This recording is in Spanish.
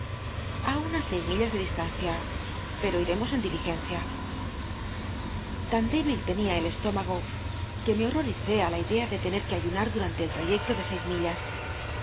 a unas seis millas de distancia per en diligencia tan débil ten ia el estó mago que me hotol'icé i lit idea ele tener que ayunar durante el lmyecto de seis millas